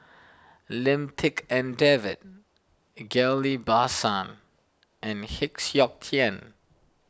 Lim Tik En David Ghillie Basan and Heng Siok Tian